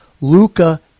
Luca